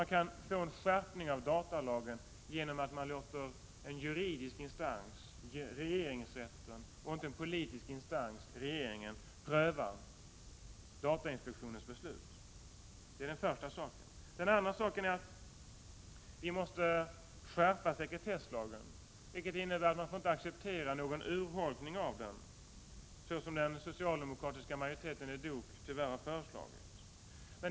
Man kan få en skärpning av datalagen genom att man låter en juridisk instans, regeringsrätten, och inte en politisk instans, regeringen, pröva datainspektionens beslut. Det är det första man kan göra. För det andra måste sekretesslagen skärpas, vilket innebär att man inte får acceptera någon urholkning av den som den socialdemoraktiska majoriteten i DOK tyvärr har föreslagit.